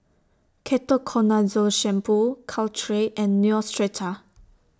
Ketoconazole Shampoo Caltrate and Neostrata